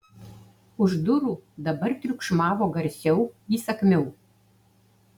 už durų dabar triukšmavo garsiau įsakmiau